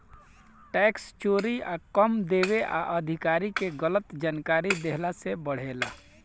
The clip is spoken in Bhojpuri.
टैक्स चोरी कम देवे आ अधिकारी के गलत जानकारी देहला से बढ़ेला